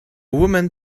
woman